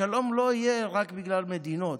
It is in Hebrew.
השלום לא יהיה רק בגלל מדינות,